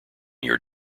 year